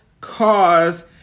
cause